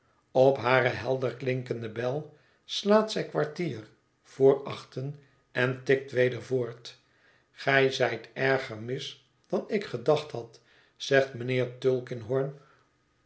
op hare helderklinkende bel slaat zij kwartier voor achten en tikt weder voort gij zijt erger mis dan ik gedacht had zegt mijnheer